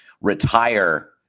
retire